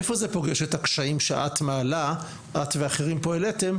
איפה זה פוגש את הקשיים שאת ואחרים פה העליתם,